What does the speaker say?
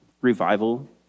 revival